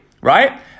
right